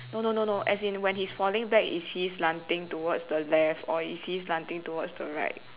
no no no as in when he's falling back is he slanting towards the left or is he slanting towards the right